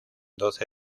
doce